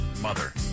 mother